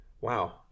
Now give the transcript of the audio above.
Wow